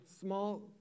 small